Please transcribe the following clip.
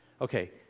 Okay